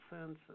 senses